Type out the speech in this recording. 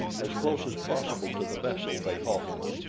as close as possible to the vessel they halted,